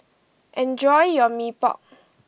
enjoy your Mee Pok